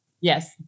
Yes